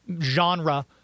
genre